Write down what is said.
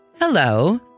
Hello